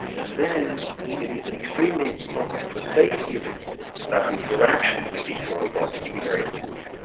and then it is extremely important for safety reasons that the interaction with these robots be very smooth.